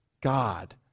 God